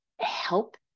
help